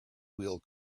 wheel